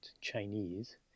Chinese